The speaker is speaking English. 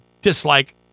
dislike